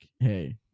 hey